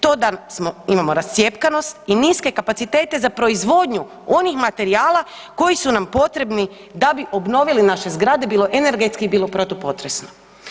To da smo, imamo rascjepkanost i niske kapacitete za proizvodnju onih materijala koji su nam potrebni za bi obnovili naše zgrade, bilo energetski, bilo protupotresno.